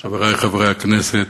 חברי חברי הכנסת,